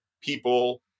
people